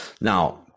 now